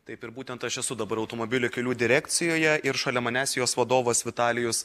taip ir būtent aš esu dabar automobilių kelių direkcijoje ir šalia manęs jos vadovas vitalijus